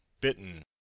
bitten